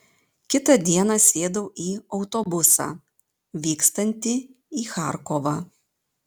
kitą dieną sėdau į autobusą vykstantį į charkovą